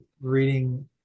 reading